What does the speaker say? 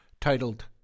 titled